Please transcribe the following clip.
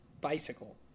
bicycle